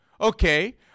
Okay